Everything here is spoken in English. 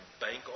bank